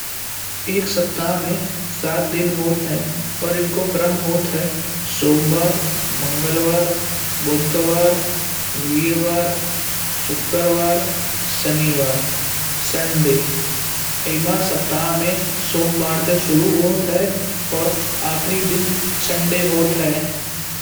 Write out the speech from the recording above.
एक सप्ताह में सात दिन होते हैं और इनको क्रम होता है। सोमवार, मंगलवार, बुधवार, वीरवार, शुक्रवार, शनिवार, संडे। इ सप्ताह में सोमवार से शुरू होता है और आखिरी दिन संडे होता है।